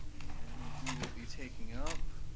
and we will be taking up